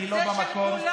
זה של כולנו,